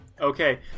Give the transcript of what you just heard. Okay